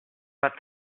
but